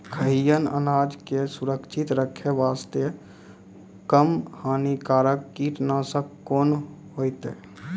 खैहियन अनाज के सुरक्षित रखे बास्ते, कम हानिकर कीटनासक कोंन होइतै?